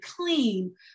clean